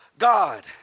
God